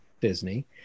disney